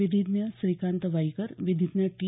विधीज्ञ श्रीकांत वाईकर विधीज्ञ टी